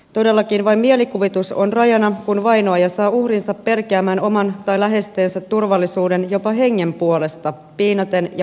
todellakin vain mielikuvitus on rajana kun vainoaja saa uhrinsa pelkäämään oman tai läheistensä turvallisuuden jopa hengen puolesta piinaten ja pelotellen